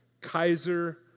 Kaiser